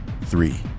Three